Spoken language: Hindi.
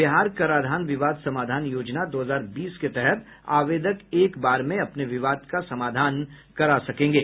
बिहार कराधान विवाद समाधान योजना दो हजार बीस के तहत आवेदक एक बार में अपने विवाद का समाधान करा सकेंगे